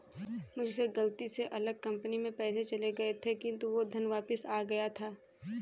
मुझसे गलती से अलग कंपनी में पैसे चले गए थे किन्तु वो धन वापिस आ गया था